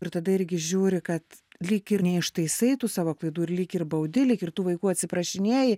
ir tada irgi žiūri kad lyg ir neištaisai tų savo klaidų ir lyg ir baudi lyg ir tų vaikų atsiprašinėji